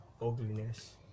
Ugliness